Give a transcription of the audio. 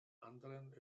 anderen